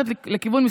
במתכונתו הראשונה,